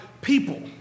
people